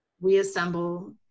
reassemble